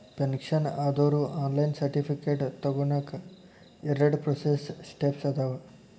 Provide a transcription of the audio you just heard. pension ಆದೋರು online certificate ತೊಗೋನಕ ಎರಡ ಪ್ರೋಸೆಸ್ ಸ್ಟೆಪ್ಸ್ ಅದಾವ